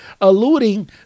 Alluding